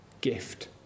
gift